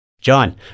John